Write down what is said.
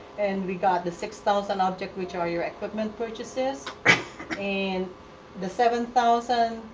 and we got the six thousand object which are your equipment purchases and the seven thousand,